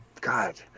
God